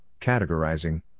categorizing